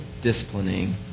disciplining